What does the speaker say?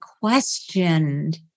questioned